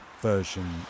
version